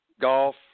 Golf